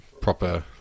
proper